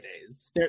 days